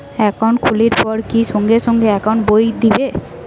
Account খুলির পর কি সঙ্গে সঙ্গে একাউন্ট বই দিবে?